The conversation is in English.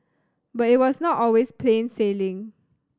but it was not always plain sailing